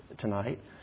tonight